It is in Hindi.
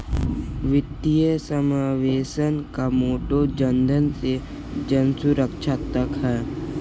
वित्तीय समावेशन का मोटो जनधन से जनसुरक्षा तक है